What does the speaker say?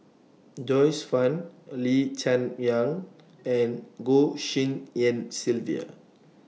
Joyce fan Lee Cheng Yan and Goh Tshin En Sylvia